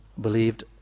believed